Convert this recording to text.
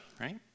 right